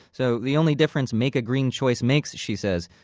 so the only difference make a green choice makes, she says,